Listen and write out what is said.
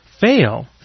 fail